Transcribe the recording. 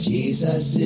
Jesus